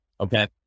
Okay